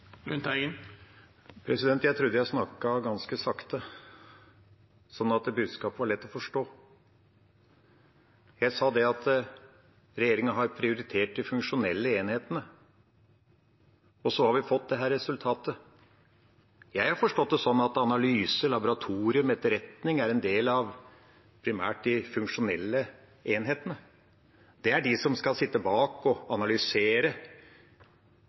Jeg trodde jeg snakket ganske sakte, sånn at budskapet var lett å forstå. Jeg sa at regjeringa har prioritert de funksjonelle enhetene, og så har vi fått dette resultatet. Jeg har forstått det sånn at analyse, laboratorier og etterretning primært er en del av de funksjonelle enhetene. Det er de som skal sitte bak og analysere.